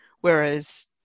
Whereas